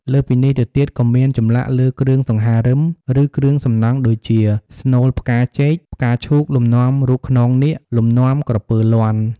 លើសពីនេះទៅទៀតក៏មាន ចម្លាក់លើគ្រឿងសង្ហារឹម ឬគ្រឿងសំណង់ដូចជា ស្នូលផ្កាចេក, ផ្កាឈូក, លំនាំរូបខ្នងនាគ, លំនាំក្រពើលាន់។